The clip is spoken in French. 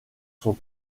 sont